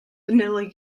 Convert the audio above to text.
vanilla